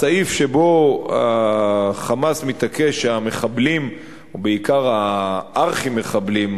הסעיף שבו ה"חמאס" מתעקש שהמחבלים או בעיקר הארכי-מחבלים,